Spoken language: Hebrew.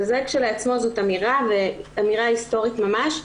וזה כשלעצמו אמירה היסטורית ממש,